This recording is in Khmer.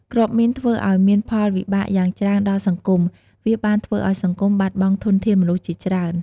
គ្រាប់មីនធ្វើឲ្យមានផលវិបាកយ៉ាងច្រើនដល់សង្គម វាបានធ្វើឲ្យសង្គមបាត់បង់ធនធានមនុស្សជាច្រើន។